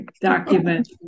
document